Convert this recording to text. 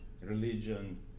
religion